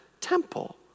temple